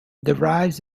derives